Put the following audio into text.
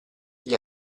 gli